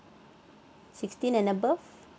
sixteen and above